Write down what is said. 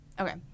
Okay